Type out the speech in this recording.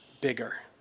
bigger